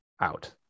out